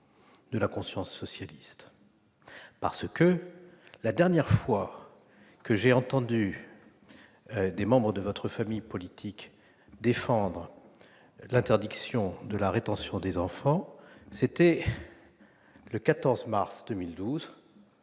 de la conscience socialiste. En effet, la dernière fois que j'ai vu des membres de votre famille politique défendre l'interdiction de la rétention des enfants, c'était le 14 mars 2012,